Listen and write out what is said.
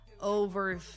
over